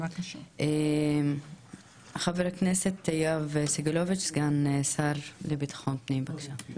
חה"כ יואב סגלוביץ', סגן השר לבט"פ, בבקשה?